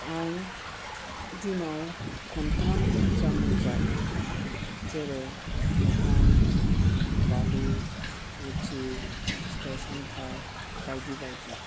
आं दिनाव खन्थाम जामुं जायो जेरै ओंखाम दालि रुति फिथाइ सामथाइ बायदि बायदि